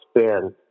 spin